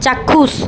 চাক্ষুষ